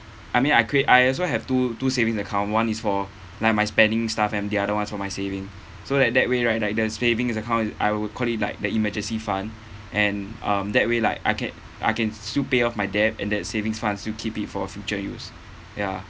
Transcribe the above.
I mean I create I also have two two savings account one is for like my spending stuff and the other one is for my saving so like that way right like the savings account I will call it like the emergency fund and um that way like I can I can still pay off my debt and that savings funds I still keep it for future use ya